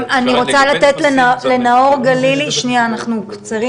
אני רוצה לתת לנאור גלילי את זכות הדיבור.